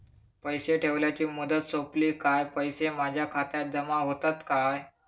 पैसे ठेवल्याची मुदत सोपली काय पैसे माझ्या खात्यात जमा होतात काय?